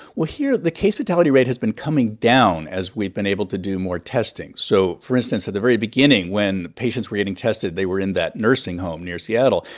well, here, the case-fatality rate has been coming down as we've been able to do more testing. so, for instance, at the very beginning, when patients were getting tested, they were in that nursing home near seattle.